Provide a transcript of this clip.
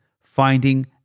finding